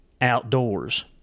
outdoors